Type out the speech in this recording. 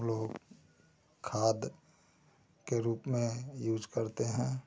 हम लोग खाद के रूप में यूज करते हैं